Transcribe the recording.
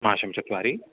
माशं चत्वारि